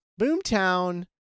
Boomtown